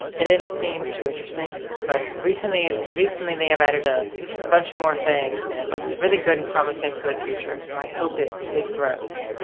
it didn't seem too interesting, but recently recently they have added a bunch more things and it looks really good and promising for the future, so i hope it grows.